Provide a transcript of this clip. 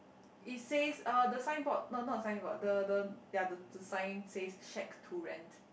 it says uh the sign board not not sign board the the ya the the sign says shack to rent